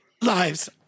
lives